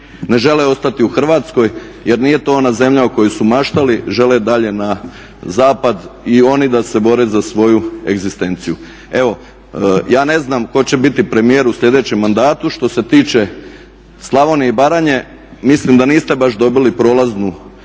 ne žele ostati u Hrvatskoj jer nije to ona zemlja o kojoj su maštali, žele dalje na zapad i oni da se bore za svoju egzistenciju. Evo, ja ne znam tko će biti premijer u sljedećem mandatu, što se tiče Slavonije i Baranje mislim da niste baš dobili prolaznu ocjenu